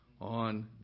on